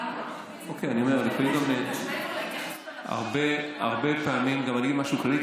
מעבר להתייחסות הנפשית אני אגיד משהו כללי,